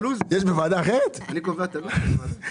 יש עלייה דרסטית בלקיחת הלוואות מהשוק האפור והשחור.